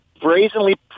brazenly